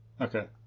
Okay